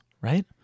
right